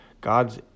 God's